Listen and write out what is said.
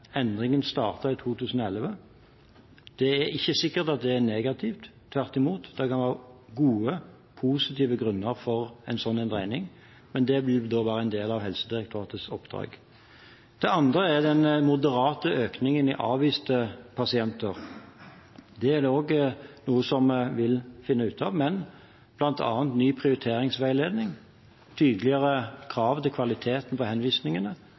endringen startet i 2011. Det er ikke sikkert at det er negativt, tvert imot, det kan være gode, positive grunner for en slik dreining, men det vil da være en del av Helsedirektoratets oppdrag. Det andre er den moderate økningen i avviste pasienter. Dette er også noe vi vil finne ut av, men bl.a. ny prioriteringsveiledning og tydeligere krav til kvaliteten på henvisningene